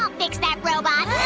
ah fix that robot.